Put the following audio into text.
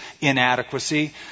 inadequacy